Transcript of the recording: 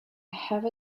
have